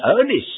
earnest